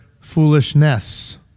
foolishness